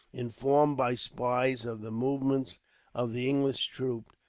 informed by spies of the movements of the english troops,